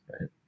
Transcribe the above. right